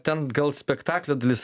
ten gal spektaklio dalis